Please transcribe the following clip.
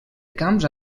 camps